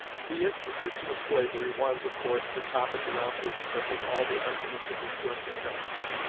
the institution of slavery was, of course, the topic around which circled all the arguments in these joint discussions.